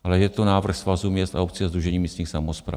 Ale je to návrh Svazu měst a obcí a Sdružení místních samospráv.